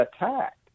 attacked